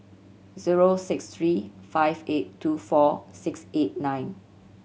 zero six three five eight two four six eight nine